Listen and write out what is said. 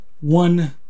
one